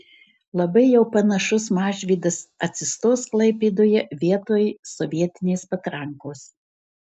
labai jau panašus mažvydas atsistos klaipėdoje vietoj sovietinės patrankos